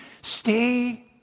stay